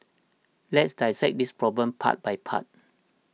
let's dissect this problem part by part